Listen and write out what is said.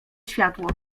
światło